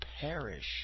perish